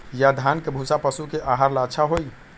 या धान के भूसा पशु के आहार ला अच्छा होई?